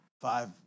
five